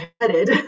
headed